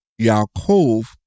Yaakov